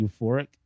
Euphoric